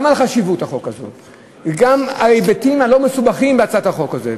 גם על חשיבות החוק וגם ההיבטים הלא-מסובכים בהצעת החוק הזאת,